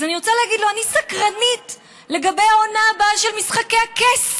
אז אני רוצה להגיד לו שאני סקרנית לגבי העונה הבאה של משחקי הכס,